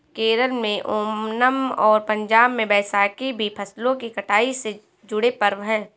केरल में ओनम और पंजाब में बैसाखी भी फसलों की कटाई से जुड़े पर्व हैं